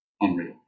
unreal